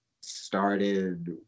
started